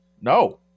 No